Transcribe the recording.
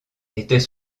était